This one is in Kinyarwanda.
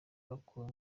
bakuwe